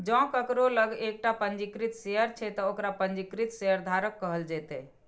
जों केकरो लग एकटा पंजीकृत शेयर छै, ते ओकरा पंजीकृत शेयरधारक कहल जेतै